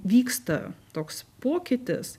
vyksta toks pokytis